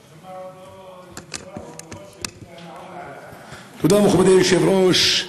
הרשימה עוד לא נגמרה, תודה, מכובדי היושב-ראש.